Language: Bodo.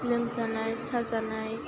लोमजानाय साजानाय